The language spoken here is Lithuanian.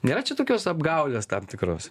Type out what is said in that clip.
nėra čia tokios apgaulės tam tikros